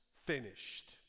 finished